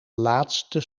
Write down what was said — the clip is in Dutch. laatste